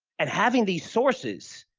and having these sources